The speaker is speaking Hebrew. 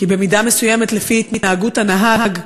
כי במידה מסוימת, לפי התנהגות הנהג,